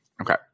Okay